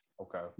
Okay